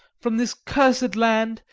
from this cursed land,